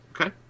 Okay